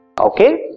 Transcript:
Okay